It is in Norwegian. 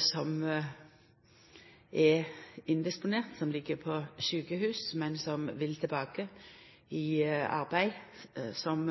som er indisponert, som ligg på sjukehus, men som vil tilbake i arbeid som